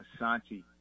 Asante